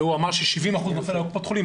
אורן בלושטיין אמר ש-70% נופל על קופות חולים.